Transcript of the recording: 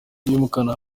ndikumana